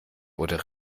oder